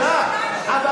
קריאה ראשונה שלי.